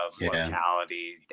locality